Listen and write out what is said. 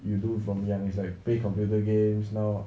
you do from young is like play computer games not